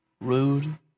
rude